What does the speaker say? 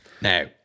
Now